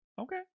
Okay